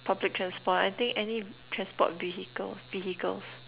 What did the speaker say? public transport I think any transport vehicle vehicles